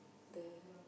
the